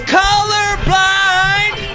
colorblind